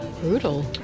brutal